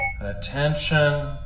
Attention